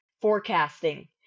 forecasting